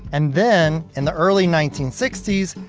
and then, in the early nineteen sixty s,